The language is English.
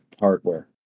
hardware